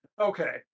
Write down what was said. Okay